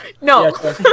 No